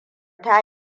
ta